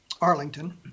Arlington